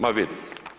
Ma vidi.